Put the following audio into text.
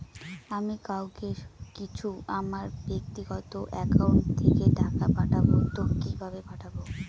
আমি কাউকে কিছু আমার ব্যাক্তিগত একাউন্ট থেকে টাকা পাঠাবো তো কিভাবে পাঠাবো?